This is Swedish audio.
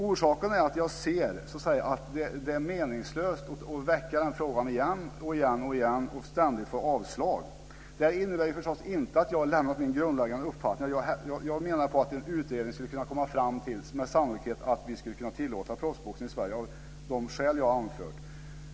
Orsaken är att jag ser att det är meningslöst att väcka den frågan igen och igen och ständigt få avslag. Det här innebär förstås inte att jag har lämnat min grundläggande uppfattning. Jag menar att en utredning med stor sannolikhet skulle komma fram till att vi skulle kunna tillåta proffsboxning Sverige av de skäl jag har anfört.